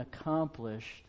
accomplished